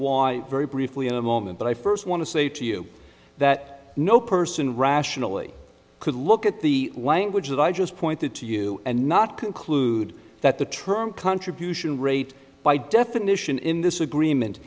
why very briefly in a moment but i first want to say to you that no person rationally could look at the language that i just pointed to you and not conclude that the term contribution rate by definition in this agreement